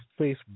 Facebook